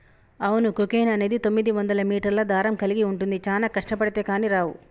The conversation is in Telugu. అవును కోకెన్ అనేది తొమ్మిదివందల మీటర్ల దారం కలిగి ఉంటుంది చానా కష్టబడితే కానీ రావు